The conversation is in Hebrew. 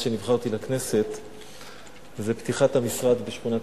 שנבחרתי לכנסת זה פתיחת המשרד בשכונת-התקווה.